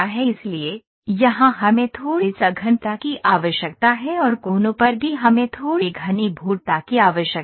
इसलिए यहां हमें थोड़ी सघनता की आवश्यकता है और कोनों पर भी हमें थोड़ी घनीभूतता की आवश्यकता है